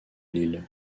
lisle